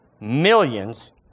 millions